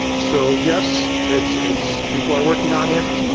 so yes it's its people are working on it.